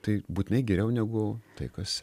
tai būtinai geriau negu tai kas